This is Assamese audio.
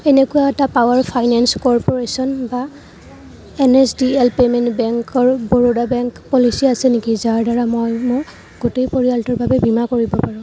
এনেকুৱা এটা পাৱাৰ ফাইনেন্স কৰ্প'ৰেশ্যন বা N S D L payment বেংকৰ বৰোদা বেংক পলিচী আছে নেকি যাৰ দ্বাৰা মই মোৰ গোটেই পৰিয়ালটোৰ বাবে বীমা কৰিব পাৰোঁ